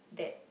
that